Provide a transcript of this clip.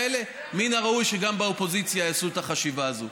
מן הראוי שגם באופוזיציה יעשו את החשיבה הזאת.